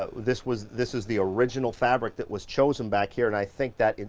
but this was, this is the original fabric that was chosen back here, and i think that,